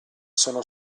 sono